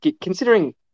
considering